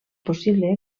possible